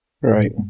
Right